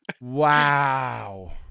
Wow